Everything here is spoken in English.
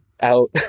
out